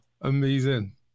amazing